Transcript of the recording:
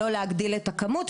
לא להגדיל את הכמות,